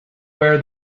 where